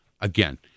Again